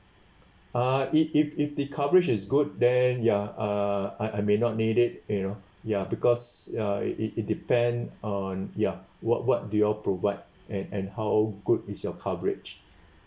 ah if if if the coverage is good then ya uh I I may not need it you know ya because uh it it it depend on ya what what do you all provide and and how good is your coverage